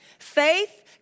Faith